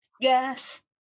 Yes